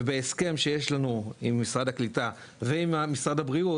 ובהסכם שיש לנו עם משרד הקליטה ועם משרד הבריאות